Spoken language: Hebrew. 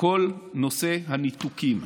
בכל נושא הניתוקים: